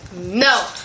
No